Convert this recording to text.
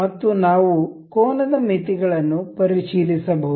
ಮತ್ತು ನಾವು ಕೋನದ ಮಿತಿಗಳನ್ನು ಪರಿಶೀಲಿಸಬಹುದು